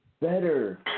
better